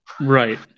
Right